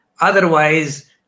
Otherwise